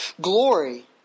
glory